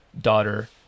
daughter